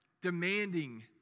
demanding